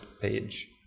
page